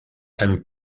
and